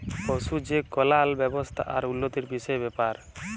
পশু যে কল্যাল ব্যাবস্থা আর উল্লতির বিষয়ের ব্যাপার